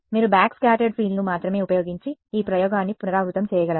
మీరు బ్యాక్స్కాటర్డ్ ఫీల్డ్ను మాత్రమే ఉపయోగించి ఈ ప్రయోగాన్ని పునరావృతం చేయగలరా